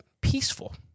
peaceful